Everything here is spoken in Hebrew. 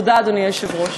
תודה, אדוני היושב-ראש.